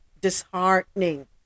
disheartening